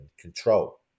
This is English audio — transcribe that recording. control